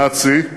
שנת שיא,